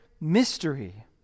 mystery